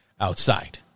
outside